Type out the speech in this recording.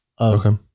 Okay